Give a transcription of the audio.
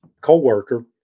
co-worker